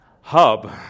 hub